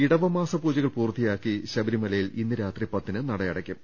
ഇടവമാസ് പൂജകൾ പൂർത്തിയാക്കി ശബരിമലയിൽ ഇന്ന് രാത്രി പത്തിന് നടയടയ്ക്കും